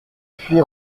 puits